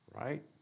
right